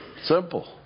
Simple